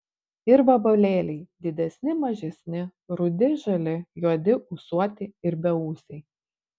ir vabalėliai didesni mažesni rudi žali juodi ūsuoti ir beūsiai